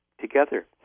together